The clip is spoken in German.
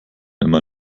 immer